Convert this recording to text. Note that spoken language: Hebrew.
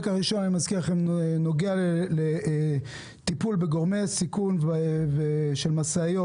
אני מזכיר לכם שהחלק הראשון נוגע לטיפול בגורמי סיכון של משאיות,